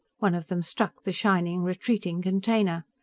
one of them struck the shining, retreating container.